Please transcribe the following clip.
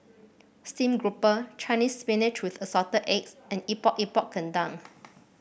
stream grouper Chinese Spinach with Assorted Eggs and Epok Epok Kentang